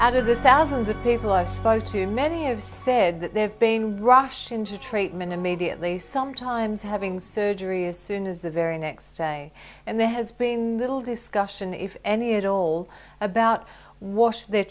out of the thousands of people i spoke to many have said that they have been rushed into treatment immediately sometimes having surgery as soon as the very next day and there has been little discussion if any at all about wash their